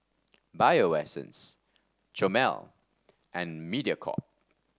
Bio Essence Chomel and Mediacorp